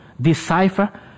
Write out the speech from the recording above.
decipher